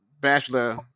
bachelor